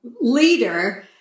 leader